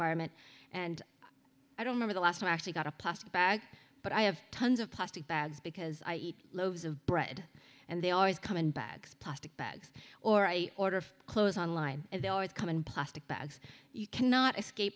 environment and i don't know the last time i actually got a plastic bag but i have tons of plastic bags because i eat loaves of bread and they always come in bags plastic bags or i order clothes on line and they always come in plastic bags you cannot escape